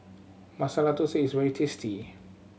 Masala Thosai is very tasty